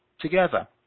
Together